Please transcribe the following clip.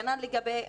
כנ"ל לגבי